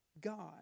God